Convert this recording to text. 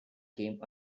came